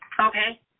Okay